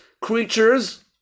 Creatures